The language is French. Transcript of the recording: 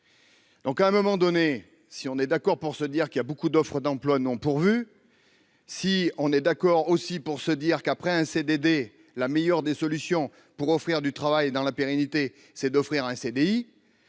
Donc à un moment donné, si on est d'accord pour se dire qu'il y a beaucoup d'offres d'emploi non pourvues, si on est d'accord aussi pour se dire qu'après un CDD, la meilleure des solutions pour offrir du travail dans la pérennité, c'est d'offrir un CDI,